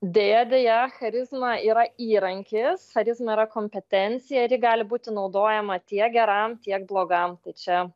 deja deja charizma yra įrankis ar jis nėra kompetencija ir ji gali būti naudojama tiek geram tiek blogam tai čia